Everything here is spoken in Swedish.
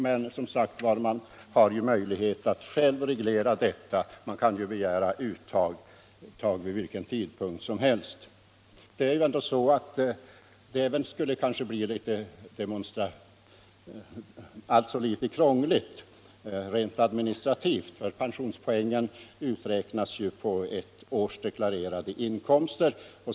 Men man har som sagt möjlighet att själv reglera detta; man kan begära förtida uttag vid vilken tidpunkt som helst. Även detta skulle dock bli litet krångligt rent administrativt. Pensionspoängen uträknas ju på ett års deklarerade inkomster.